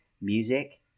music